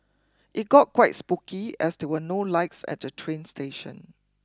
it got quite spooky as there were no lights at the train station